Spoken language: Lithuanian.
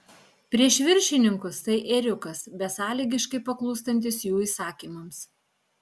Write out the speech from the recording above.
prieš viršininkus tai ėriukas besąlygiškai paklūstantis jų įsakymams